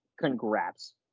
Congrats